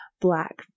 Black